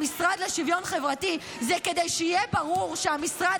למשרד לשוויון חברתי היא כדי שיהיה ברור שהמשרד